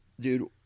dude